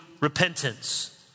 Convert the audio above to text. repentance